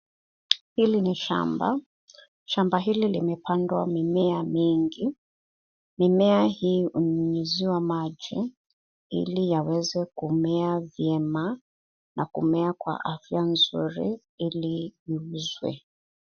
Hili ni shamba. Shamba hili limepandwa mimea mingi. Mimea hii hunyunyiziwa maji ili yaweze kumea vyema na kumea kwa afya mzuri ili iuzwe.